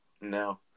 No